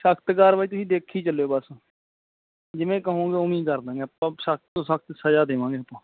ਸਖ਼ਤ ਕਾਰਵਾਈ ਤੁਸੀਂ ਦੇਖੀ ਚੱਲਿਓ ਬਸ ਜਿਵੇਂ ਕਹੋਂਗੇ ਓਵੇਂ ਹੀ ਕਰਦਾਂਗੇ ਆਪਾਂ ਸਖ਼ਤ ਤੋਂ ਸਖ਼ਤ ਸਜਾ ਦੇਵਾਂਗੇ ਆਪਾਂ